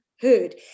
heard